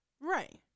Right